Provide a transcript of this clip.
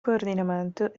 coordinamento